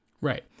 Right